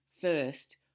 first